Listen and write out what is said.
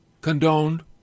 Condoned